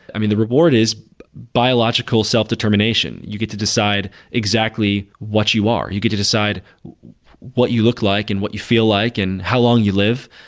i mean, the reward is biological self-determination. you get to decide exactly what you are, you get to decide what you look like and what you feel like and how long you live.